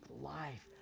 life